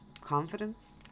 confidence